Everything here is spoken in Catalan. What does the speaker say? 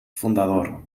fundador